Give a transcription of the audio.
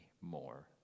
more